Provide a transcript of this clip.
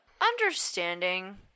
understanding